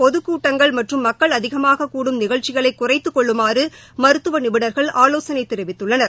பொதுக்கூட்டங்கள் மற்றும் அதிகமாக கூடும் நிகழ்ச்சிகளை குறைத்துக் கொள்ளுமாறு மருத்துவ நிபுணர்கள் ஆலோசனை தெரிவித்துள்ளனர்